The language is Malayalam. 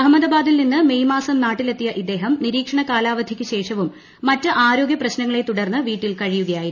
അഹമ്മദാബാദിൽ നിന്ന് മെയ് മാസം നാട്ടിലെത്തിയ ഇദ്ദേഹം നിരീക്ഷണ കാലാവധിക്ക് ശേഷവും മറ്റ് ആരോഗ്യ പ്രശ്നങ്ങളെ തുടർന്ന് വീട്ടിൽ കഴിയുകയായിരുന്നു